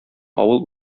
авыл